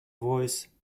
voice